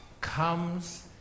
comes